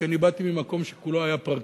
כי אני באתי ממקום שכולו היה פרקט,